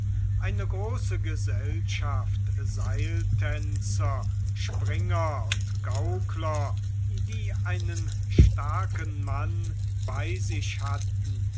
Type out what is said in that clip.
eine große gesellschaft seiltänzer springer und gaukler die einen starken mann bei sich hatten